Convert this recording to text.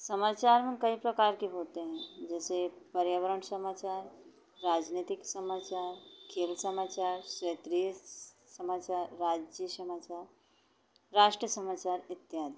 समाचार में कई प्रकार के होते हैं जेसे पर्यावरण समाचार राजनैतिक समाचार खेल समाचार क्षेत्रीय समाचार राज्य समाचार राष्ट समाचार इत्यादी